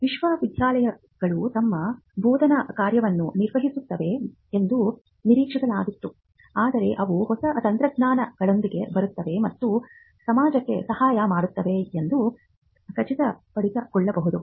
ವಿಶ್ವವಿದ್ಯಾನಿಲಯಗಳು ತಮ್ಮ ಬೋಧನಾ ಕಾರ್ಯವನ್ನು ನಿರ್ವಹಿಸುತ್ತವೆ ಎಂದು ನಿರೀಕ್ಷಿಸಲಾಗಿತ್ತು ಆದರೆ ಅವು ಹೊಸ ತಂತ್ರಜ್ಞಾನಗಳೊಂದಿಗೆ ಬರುತ್ತವೆ ಮತ್ತು ಸಮಾಜಕ್ಕೆ ಸಹಾಯ ಮಾಡುತ್ತವೆ ಎಂದು ಖಚಿತಪಡಿಸಿಕೊಳ್ಳಬಹುದು